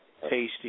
Tasty